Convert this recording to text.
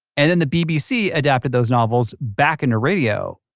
and and the bbc adapted those novels back into radio.